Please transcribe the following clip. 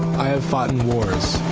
i have fought in wars,